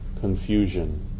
confusion